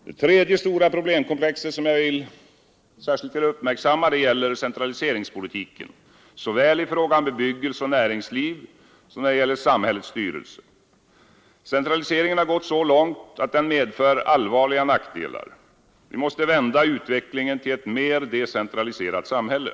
Det tredje stora problemkomplexet som jag särskilt vill uppmärksamma är centraliseringspolitiken, såväl i fråga om bebyggelse och näringsliv som när det gäller samhällets styrelse. Centraliseringen har gått så långt att den medför allvarliga nackdelar. Vi måste vända utvecklingen till ett mer decentraliserat samhälle.